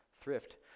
thrift